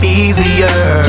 easier